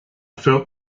felt